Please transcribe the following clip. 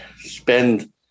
spend